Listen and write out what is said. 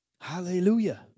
Hallelujah